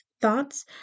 thoughts